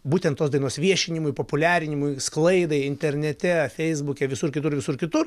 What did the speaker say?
būtent tos dainos viešinimui populiarinimui sklaidai internete feisbuke visur kitur visur kitur